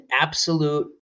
absolute